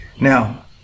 Now